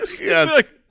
yes